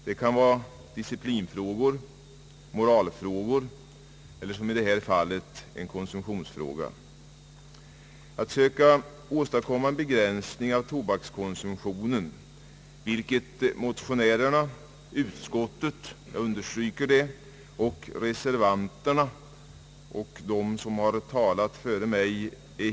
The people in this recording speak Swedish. Det kan gälla disciplinfrågor, moralfrågor eller som i detta fall en konsumtionsfråga. Motionärerna, utskottet och reservanterna är överens om det angelägna i att söka åstadkomma en begränsning av tobakskonsumtionen; detsamma gäller de som talat före mig.